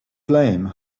flame